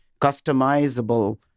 customizable